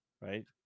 right